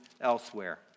elsewhere